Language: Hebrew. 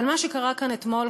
אבל מה שקרה כאן אתמול,